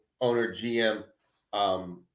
owner-GM